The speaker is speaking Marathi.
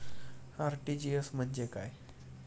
आर.टी.जी.एस म्हणजे काय?